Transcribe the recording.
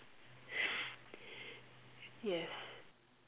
yes